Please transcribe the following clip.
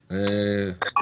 ואאיל,